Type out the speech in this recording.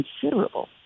considerable